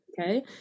okay